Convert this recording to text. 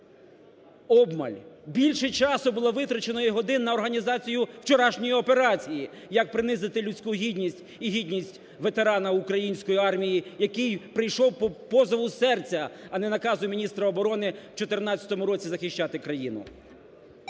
обмаль. Більше часу було витрачено і годин на організацію вчорашньої операції, як принизити людську гідність і гідність ветерана української армії, який прийшов по позову серця, а не наказу міністра оборони в 14-му році захищати країну.